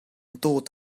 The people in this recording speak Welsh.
dod